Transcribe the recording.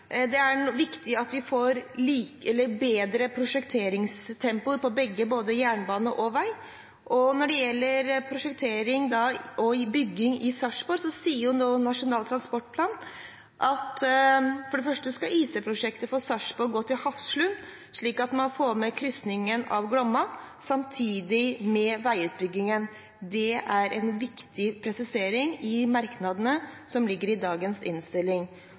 det er viktig at vi får bedre prosjekteringstempo på begge, både på jernbane og på vei. Når det gjelder prosjektering og bygging i Sarpsborg, sier nå Nasjonal Transportplan at intercity-prosjektet fra Sarpsborg skal gå til Hafslund, slik at man får med kryssingen av Glomma, samtidig med veiutbyggingen. Det er en viktig presisering i merknadene som ligger i dagens innstilling.